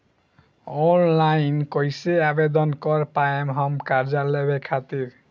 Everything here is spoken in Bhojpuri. ऑनलाइन कइसे आवेदन कर पाएम हम कर्जा लेवे खातिर?